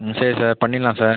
ம் சரி சார் பண்ணிடலாம் சார்